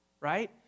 right